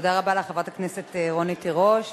תודה רבה לך, חברת הכנסת רונית תירוש.